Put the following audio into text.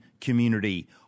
community